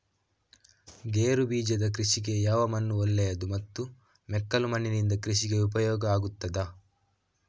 ಗೇರುಬೀಜದ ಕೃಷಿಗೆ ಯಾವ ಮಣ್ಣು ಒಳ್ಳೆಯದು ಮತ್ತು ಮೆಕ್ಕಲು ಮಣ್ಣಿನಿಂದ ಕೃಷಿಗೆ ಉಪಯೋಗ ಆಗುತ್ತದಾ?